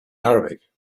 arabic